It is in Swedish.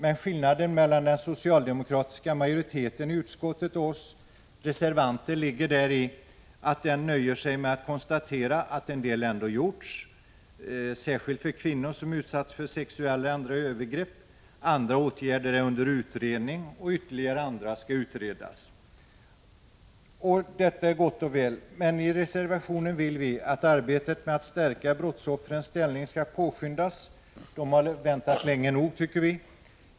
Skillnaden mellan den socialdemokratiska majoriteten i utskottet och oss reservanter ligger däri, att majoriteten nöjer sig med att konstatera att en del ändå har gjorts, särskilt för kvinnor som har utsatts för sexuella och andra övergrepp, att vissa åtgärder är under utredning och att andra skall utredas. Detta är gott och väl, men i reservationen vill vi att arbetet med att stärka brottsoffrens ställning skall påskyndas. De har väntat länge nog.